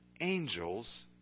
angels